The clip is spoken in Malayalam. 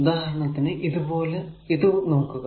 ഉദാഹരണത്തിന് ഇത് നോക്കുക